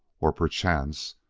or, perchance,